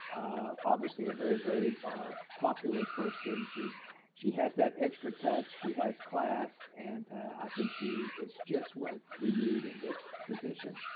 obviously a very, very popular person. she she has that extra touch, she has class, and i think she is just what we need in this position.